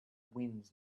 winds